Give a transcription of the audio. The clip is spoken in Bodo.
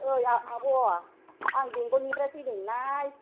ओइ आब' आं बेंगलनिफ्राय फैदोंमोनहाय